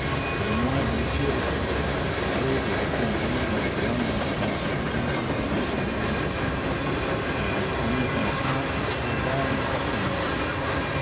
les moins blessés restaient les autres étaient conduits dans les grandes ambulances suivant ce qu'en décidaient les médecins mais un premier pansement en sauva un certain nombre